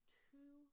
two